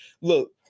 look